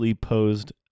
posed